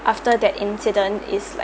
after that incident is like